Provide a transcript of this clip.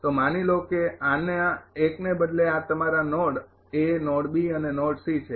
તો માની લો કે આને એકને બદલે આ તમારા નોડ નોડ અને નોડ છે